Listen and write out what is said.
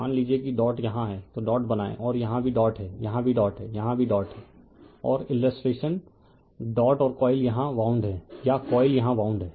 मान लीजिए कि डॉट यहां है तो डॉट बनाएं और यहां भी डॉट है यहां भी डॉट है यहां भी डॉट है और इलस्ट्रेशन डॉट और कॉइल यहां वाउंड हैं या कॉइल यहां वाउंड हैं